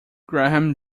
graham